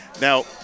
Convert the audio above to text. now